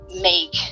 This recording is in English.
make